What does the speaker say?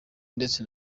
ndetse